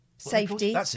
Safety